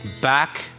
Back